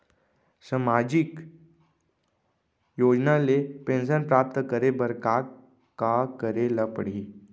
सामाजिक योजना ले पेंशन प्राप्त करे बर का का करे ल पड़ही?